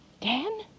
Dan